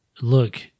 Look